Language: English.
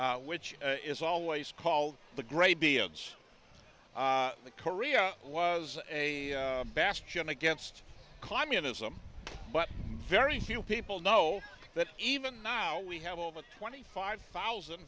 which is always called the gray beards korea was a bastion against communism but very few people know that even now we have over twenty five thousand